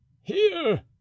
Here